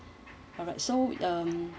alright so um